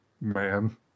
man